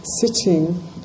sitting